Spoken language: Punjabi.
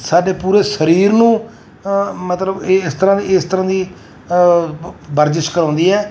ਸਾਡੇ ਪੂਰੇ ਸਰੀਰ ਨੂੰ ਮਤਲਬ ਇਹ ਇਸ ਤਰ੍ਹਾਂ ਦੇ ਇਸ ਤਰ੍ਹਾਂ ਦੀ ਵਰਜਿਸ਼ ਕਰਵਾਉਂਦੀ ਹੈ